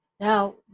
Now